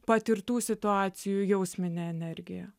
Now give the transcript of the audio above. patirtų situacijų jausminė energija